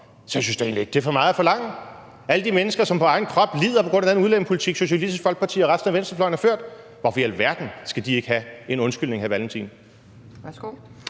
jeg synes da egentlig ikke, det er for meget at forlange. Hvorfor i alverden skal alle de mennesker, som på egen krop lider på grund af den udlændingepolitik, Socialistisk Folkeparti og resten af venstrefløjen har ført, ikke have en undskyldning, hr. Carl Valentin?